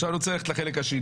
עכשיו אני רוצה ללכת חלק השני.